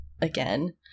Again